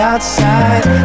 Outside